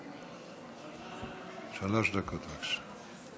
שלוש דקות, בבקשה.